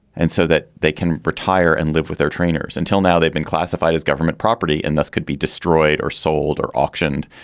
and so that they can retire and live with their trainers until now they've been classified as government property and thus could be destroyed or sold or auctioned.